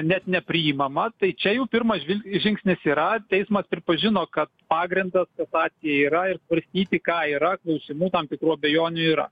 net nepriimama tai čia jau pirmas žingsnis yra teismas pripažino kad pagrindas kasacijai yra ir svarstyti ką yra klausimų tam tikrų abejonių yra